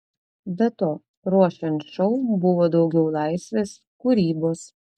be to ruošiant šou buvo daugiau laisvės kūrybos